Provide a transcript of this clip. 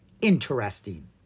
interesting